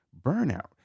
Burnout